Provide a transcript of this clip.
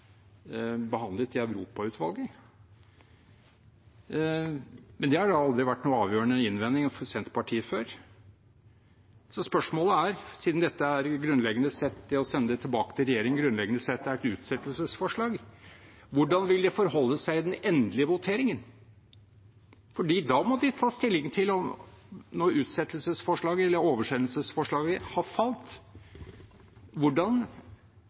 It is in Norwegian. behandlet i Europautvalget, men det har da aldri vært noen avgjørende innvending for Senterpartiet før. Så spørsmålet er, siden det å sende det tilbake til regjeringen grunnleggende sett er et utsettelsesforslag, hvordan de vil forholde seg i den endelige voteringen. For når utsettelsesforslaget, eller oversendelsesforslaget, har falt, må de ta stilling til: